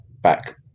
back